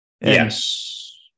Yes